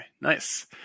Nice